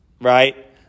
Right